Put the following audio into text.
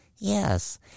Yes